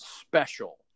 special